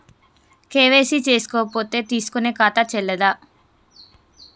KYC చేసుకోకపోతే తీసుకునే ఖాతా చెల్లదా?